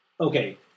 Okay